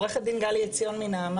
עורכת הדין גל עציוני מנעמת.